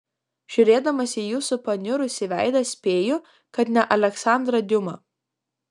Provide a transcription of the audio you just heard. žiūrėdamas į jūsų paniurusį veidą spėju kad ne aleksandrą diuma